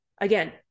again